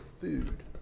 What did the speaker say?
food